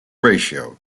ratio